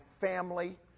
family